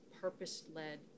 purpose-led